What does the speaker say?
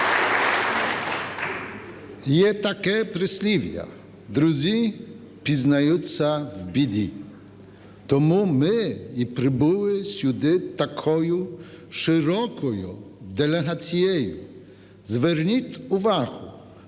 Є таке прислів'я: "Друзі пізнаються в біді". Тому ми і прибули сюди такою широкою делегацією. Зверніть увагу,